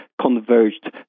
converged